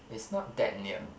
is not that near